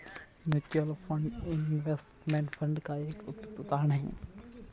mutual fund investment fund का एक उपयुक्त उदाहरण है